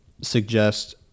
suggest